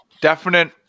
Definite